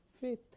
faith